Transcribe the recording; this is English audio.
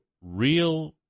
real